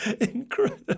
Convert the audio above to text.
Incredible